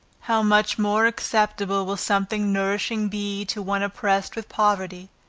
how much more acceptable will something nourishing be to one oppressed with poverty,